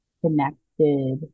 connected